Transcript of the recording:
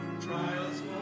trials